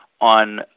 on